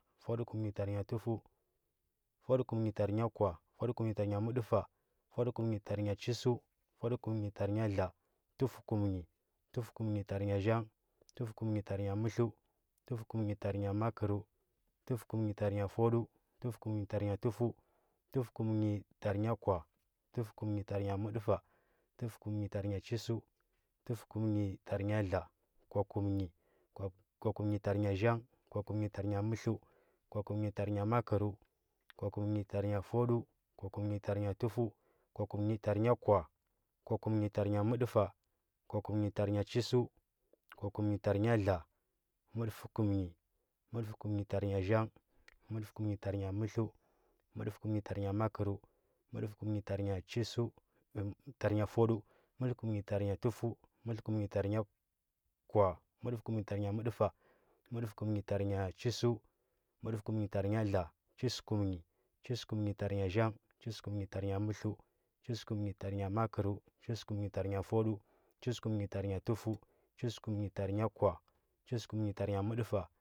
Fudu kum nyi tan nya həfəu, fug lele kum nyi tar nya kwa, fudu kum tar nya mədəfa, fudu kum nnyi tar chesəu, fudu kum nyi tar nya dla tufu kum nyi, fufu kum nyi tar nya zhang, tufu kum nyi tur nya mətlə fufukumn ayi tar nga fudu, tufu kumnyi tar nya tufu kum nyi tar nya mədəfa tufukum nyi tar nya chəsdu, tufu kumm nyi tar nya dla kwaku nyi kwakum yayi tar nya zaha, kulakum nyi tar nya mətlzu, kwakum nyi tar nya makərzu, kwakum nyi tar nya fudu, kwakum nyi kwa, kwakum nyi tar nya mədəfa, kwakum nyi tar nya chəsəu kw akum nyi tar nya dla. mədəfəkum nyi mədəfəkum nyi tar nya zhang, mədəfə kum tar nya mətləu, mədəfə kum nyi tar nya makərəu, mədəfə kum nyi tar nan fudju mədəkum nyi tar nya tufəu, mədəfəkum nyi tar nya kwa, mədəfa kum nyi tar nya mədəfa, mədəfə kum nyi tar nya chəsəu mədəfə kum nyi tar nya dla, chəsəkum nyi, chəsə kum nyi tar nya zhang chəsəkum nyi tar nya nya zhang zhəsəkum nyi tar nya mətəd chəsəkum nyi tar nya mətld, chəsəkum nyi tar nya makərəu, chəsəkum nyi tar nya fuddu, chəsəkum nyi tar nya tufəu, chəsə kum ny tar nya kwa, chaəsəkum nyi tar nya mədəfa,